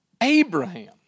Abraham